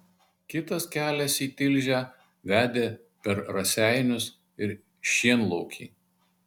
kitas kelias į tilžę vedė per raseinius ir šienlaukį